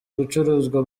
gucuruzwa